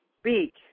speak